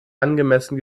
angemessen